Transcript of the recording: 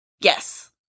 Yes